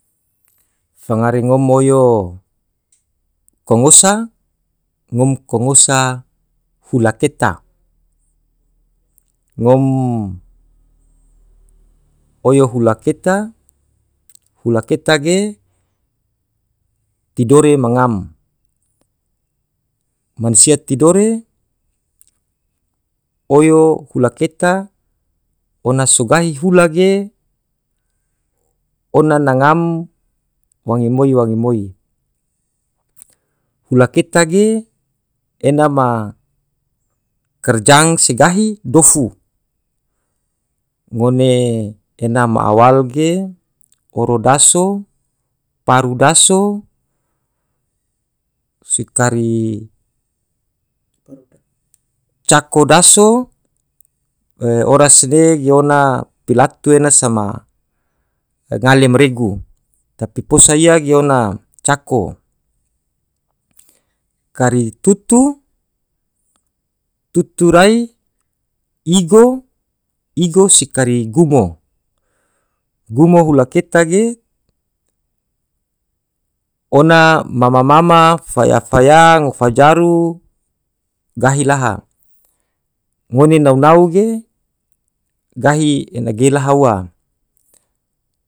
fangare ngom oyo kongosa ngom kongosa hula keta ngom oyo hula keta, hula keta ge tidore ma ngam mansia tidore oyo hula keta ona so gahi hula ge ona na ngam wange moi wange moi hula keta ge ena ma kerjaa se gahi dofu ngone ena ma awal ge oro daso, paru daso si kari cako daso oras nare ge ona pilatu ena sama mangale ma regu tpi posa iya ge ona cako kari tutu, tutu rai igo igo si kari gumo, gumo hula keta ge ona mama mama, faya faya ngofa jaru gahi laha ngone nau nau ge gahi ena ge laha ua.